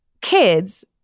kids